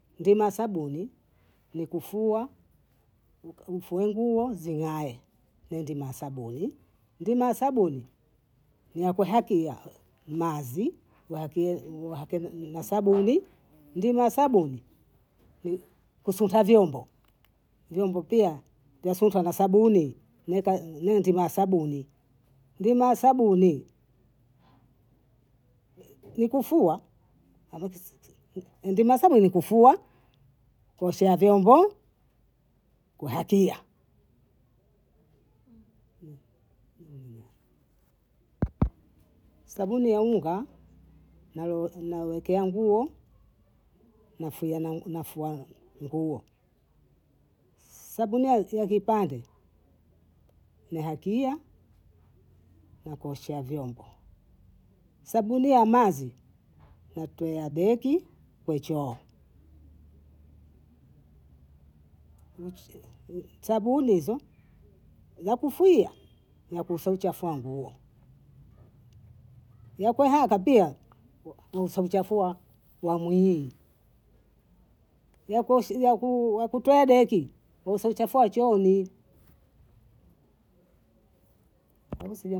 Ndima ya sabuni ni kufua. uka- ufue nguo zing'ae ndio ndima ya sabuni, Ndima ya sabuni ni ya kuhakia maazi yaki yaken na sabuni, ndima ya sabuni ni kusunta vyombo, vyombo pia vyasuntwa na sabuni ni ndima ya sabuni, ndima ya sabuni ni kufua ndima ya sabuni ni kufua, kuosha vyombo, kuhakia sabuni ya unga nawekea nguo, nafua na- nafuana nguo, sabuni ya kipande nahakia na kuoshea vyombo, sabuni ya mazi natwea deki na chaa sabuni hizo za kufia na kufichafa nguo, ya kuehaka pia, ku- kusichafua ya mwili, ya kutwaa deki usichafua chooni